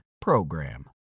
PROGRAM